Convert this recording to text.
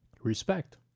Respect